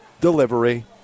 delivery